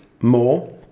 more